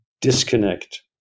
disconnect